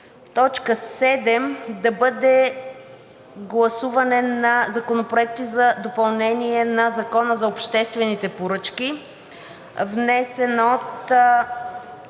Точка седма да бъде Първо гласуване на законопроекти за допълнение на Закона за обществените поръчки, внесен от